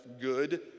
good